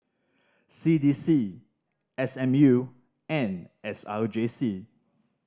C D C S M U and S R J C